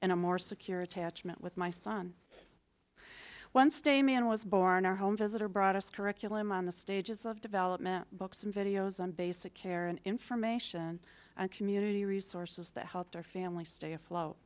in a more secure attachment with my son once damian was born our home visitor brought us curriculum on the stages of development books and videos on basic care and information and community resources that helped our family stay afloat